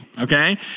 okay